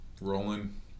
rolling